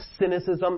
cynicism